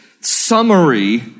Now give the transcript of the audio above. summary